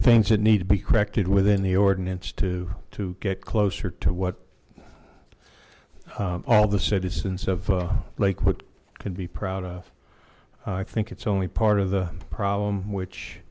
things that need to be corrected within the ordinance to to get closer to what all the citizens of lakewood can be proud of i think it's only part of the problem which